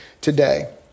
today